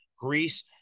Greece